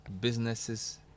businesses